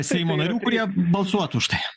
seimo narių kurie balsuotų už tai